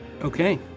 Okay